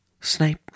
Snape